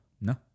No